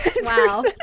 Wow